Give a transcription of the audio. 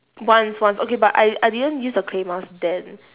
once once okay but I I didn't use the clay mask then